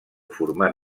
format